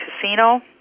casino